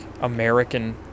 American